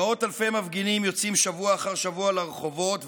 מאות אלפי מפגינים יוצאים שבוע אחרי שבוע לרחובות,